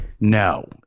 No